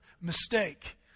mistake